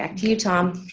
like to you tom.